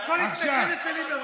כי הכול התנקז אצל ליברמן.